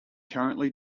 currently